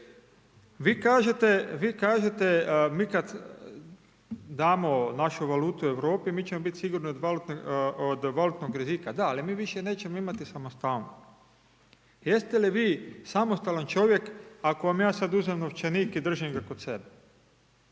vi kažete, mi kad damo našu valutu Europi mi ćemo biti sigurni od valutnog, od valutnog rizika, da, ali mi više nećemo imati samostalnost. Jeste li vi samostalan čovjek ako vam ja sad uzmem novčanik i držim ga kod sebe?